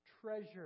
treasure